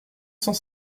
cent